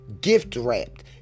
gift-wrapped